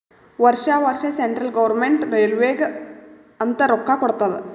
ವರ್ಷಾ ವರ್ಷಾ central government ರೈಲ್ವೇಗ ಅಂತ್ ರೊಕ್ಕಾ ಕೊಡ್ತಾದ್